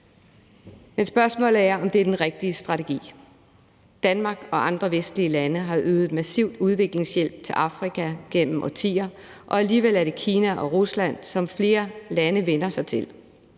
Men spørgsmålet er, om det er den rigtige strategi. Danmark og andre vestlige lande har ydet massiv udviklingshjælp til Afrika gennem årtier, og alligevel er det Kina og Rusland, som flere lande vender sig til,